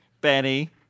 Benny